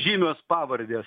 žymios pavardės